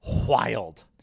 wild